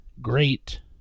great